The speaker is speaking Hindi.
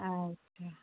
अच्छा